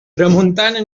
tramuntana